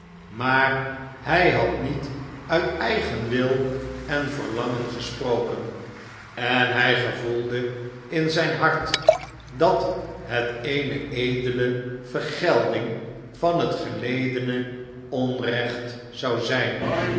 maar hij had niet uit eigen wil en verlangen gesproken en hij gevoelde in zijn hart dat het eene edele vergelding van het geledene onrecht zou zijn